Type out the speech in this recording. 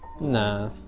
Nah